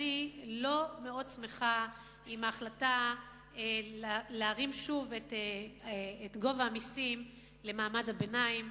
שאני לא שמחה עם ההחלטה להרים שוב את גובה המסים למעמד הביניים.